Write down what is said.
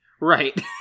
right